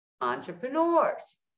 entrepreneurs